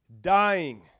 dying